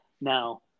now